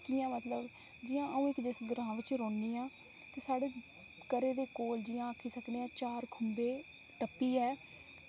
कियां मतलब जियां अं'ऊ जिस ग्रांऽ बिच रौह्नी आं ते साढ़े घरै दे कोल जि'यां आक्खी सकने आं चार खुंबै टप्पियै